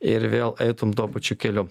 ir vėl eitum tuo pačiu keliu